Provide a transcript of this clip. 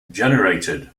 generated